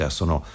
sono